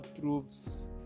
proves